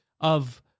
of-